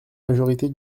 majorité